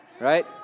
Right